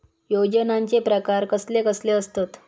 योजनांचे प्रकार कसले कसले असतत?